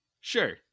Sure